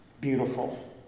beautiful